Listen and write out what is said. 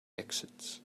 exits